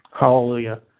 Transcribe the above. Hallelujah